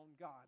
God